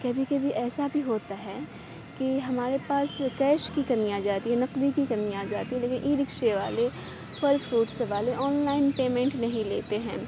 کبھی کبھی ایسا بھی ہوتا ہے کہ ہمارے پاس کیش کی کمی آ جاتی ہے نقد کی کمی آ جاتی ہے لیکن ای رکشے والے پھل فروٹس والے آن لائن پیمنٹ نہیں لیتے ہیں